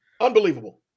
Unbelievable